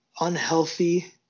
unhealthy